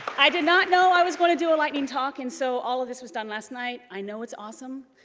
i did not know i was going to do a lightning talk and so all of this was done last night. i know it's awesome,